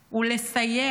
הוא לסייע.